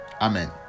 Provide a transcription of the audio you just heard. Amen